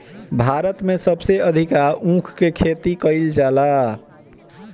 भारत में सबसे अधिका ऊख के खेती कईल जाला